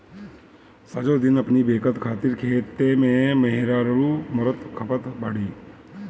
सजो दिन अपनी बेकत खातिर खेते में मेहरारू मरत खपत बाड़ी